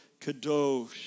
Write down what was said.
Kadosh